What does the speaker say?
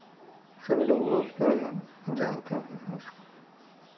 सभी लोग बोलते भी हैं जानते हैं इसको